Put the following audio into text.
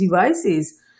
devices